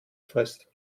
frist